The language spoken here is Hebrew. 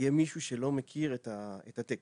יהיה מישהו שלא מכיר את התקן.